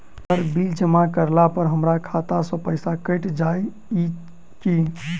Sir bill जमा करला पर हमरा खाता सऽ पैसा कैट जाइत ई की?